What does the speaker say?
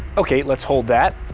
okay, let's hold that.